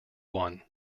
one